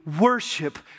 worship